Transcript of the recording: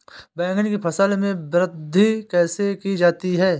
बैंगन की फसल में वृद्धि कैसे की जाती है?